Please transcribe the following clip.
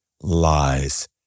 lies